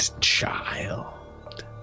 child